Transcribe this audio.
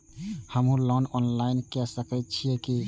हमू loan online के सके छीये की?